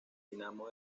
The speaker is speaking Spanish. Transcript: dinamo